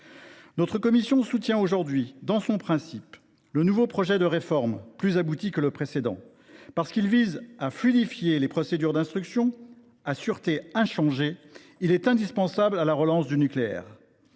Notre commission soutient aujourd’hui, dans son principe, le nouveau projet de réforme, plus abouti que le précédent. Parce qu’il vise à fluidifier les procédures d’instruction, à sûreté inchangée, il est indispensable à la relance du nucléaire.